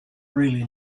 really